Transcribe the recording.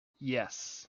yes